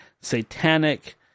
satanic